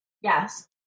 Yes